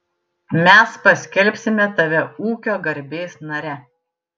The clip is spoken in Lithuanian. mes paskelbsime tave ūkio garbės nare